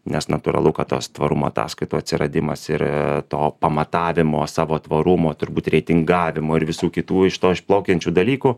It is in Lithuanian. nes natūralu kad tas tvarumo ataskaitų atsiradimas ir to pamatavimo savo tvarumo turbūt reitingavimo ir visų kitų iš to išplaukiančių dalykų